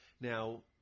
Now